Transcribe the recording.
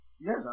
Yes